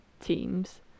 teams